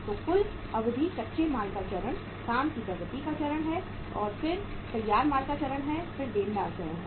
तो कुल अवधि कच्चे माल का चरण है काम की प्रगति का चरण है फिर तैयार माल का चरण है फिर देनदार चरण है